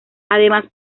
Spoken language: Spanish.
además